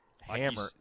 Hammer